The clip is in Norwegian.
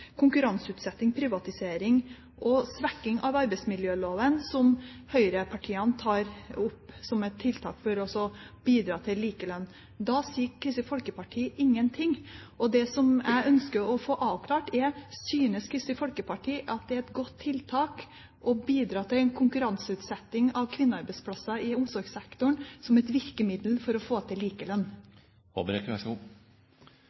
konkurranseutsetting, privatisering og svekking av arbeidsmiljøloven, som høyrepartiene tar opp som tiltak for å bidra til likelønn. Da sier Kristelig Folkeparti ingen ting. Det jeg ønsker å få avklart, er: Synes Kristelig Folkeparti at det er et godt tiltak å bidra til en konkurranseutsetting av kvinnearbeidsplasser i omsorgssektoren som et virkemiddel for å få til